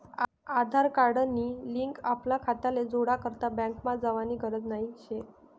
आधार card नी link आपला खाताले जोडा करता बँकमा जावानी गरज नही शे